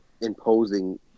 imposing